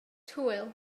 hwyl